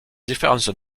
différence